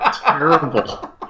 terrible